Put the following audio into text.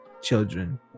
children